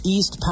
East